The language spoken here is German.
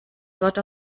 dort